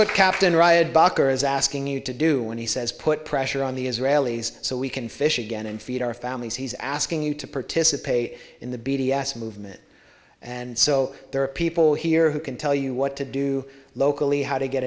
what captain ryan bucker is asking you to do when he says put pressure on the israelis so we can fish again and feed our families he's asking you to participate in the b d s movement and so there are people here who can tell you what to do locally how to get